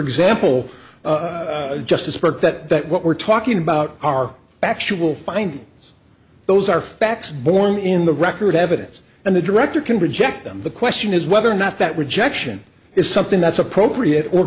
example justice broke that what we're talking about are factual find those are facts born in the record evidence and the director can reject them the question is whether or not that rejection is something that's appropriate or